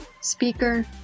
speaker